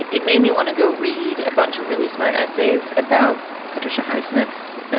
it it made me want to go read a bunch of really smart essays about patricia highsmith's,